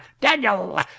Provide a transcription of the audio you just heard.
Daniel